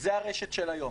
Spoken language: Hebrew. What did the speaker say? זו הרשת של היום.